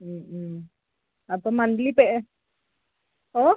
അപ്പോൾ മന്ത്ലി ഓ